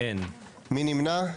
מי נמנע?